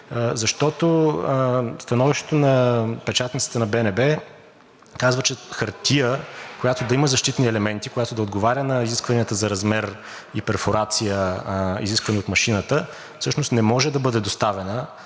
защото становището на Печатницата на БНБ казва, че хартия, която да има защитни елементи, която да отговаря на изискванията за размер и перфорация, изисквани от машината, всъщност не може да бъде доставена